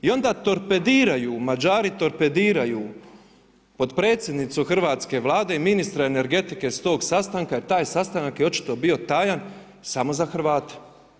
I onda torpediraju, Mađari torpediraju potpredsjednicu hrvatske Vlade i ministra energetike s tog sastanka jer taj sastanak je očito bio tajan samo za Hrvate.